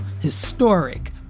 Historic